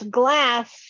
glass